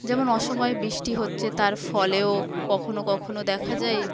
যেমন অসময়ে বৃষ্টি হচ্ছে তার ফলেও কখনও কখনও দেখা যায়